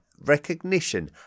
recognition